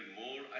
more